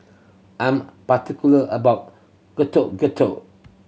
I'm particular about getow getow